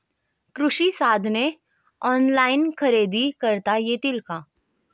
कृषी साधने ऑनलाइन खरेदी करता येतील का?